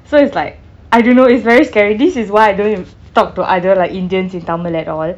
so it's like I don't know it's very scary this is why I don't talk to other like indians in tamil at all